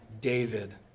David